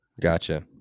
gotcha